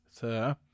sir